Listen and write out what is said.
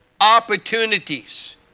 opportunities